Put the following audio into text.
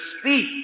speak